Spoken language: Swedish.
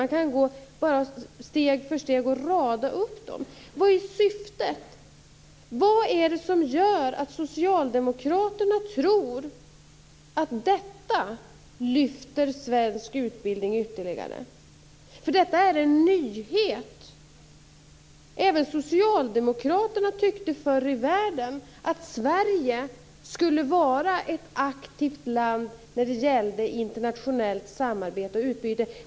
Man kan gå steg för steg och rada upp olika anslag. Vad är syftet? Vad är det som gör att socialdemokraterna tror att detta lyfter svensk utbildning ytterligare? Det här är en nyhet. Även socialdemokraterna tyckte förr i världen att Sverige skulle vara ett aktivt land när det gällde internationellt samarbete och utbyte.